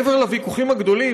מעבר לוויכוחים הגדולים,